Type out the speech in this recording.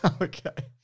Okay